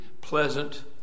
pleasant